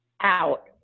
out